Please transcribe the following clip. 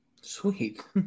sweet